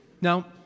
Now